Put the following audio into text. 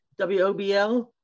WOBL